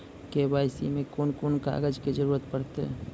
KYC मे कून कून कागजक जरूरत परतै?